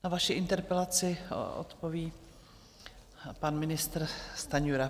Na vaši interpelaci odpoví pan ministr Stanjura.